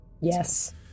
Yes